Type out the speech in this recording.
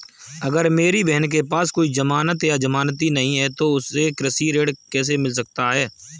अगर मेरी बहन के पास कोई जमानत या जमानती नहीं है तो उसे कृषि ऋण कैसे मिल सकता है?